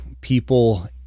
people